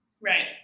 Right